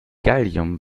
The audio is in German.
gallium